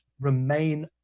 remain